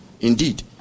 Indeed